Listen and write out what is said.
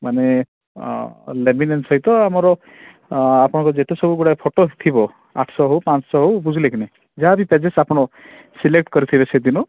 ମାନେ ସହିତ ଆମର ଆପଣଙ୍କ ଯେତେ ସବୁ ଗୁଡ଼ାଏ ଫଟୋ ଥିବ ଆଠଶହ ହଉ ପାଞ୍ଚଶହ ହଉ ବୁଝିଲେ କି ନି ଯାହା ବି ପେଜେସ୍ ଆପଣ ସିଲେକ୍ଟ କରିଥିବେ ସେଦିନ